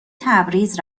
تبریز